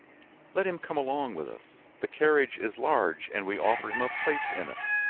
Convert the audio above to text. let him come along with us the carriage is large and we offer him a place in it.